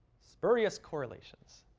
spurious correlations.